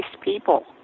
people